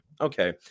Okay